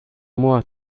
moi